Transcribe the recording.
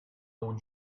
own